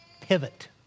pivot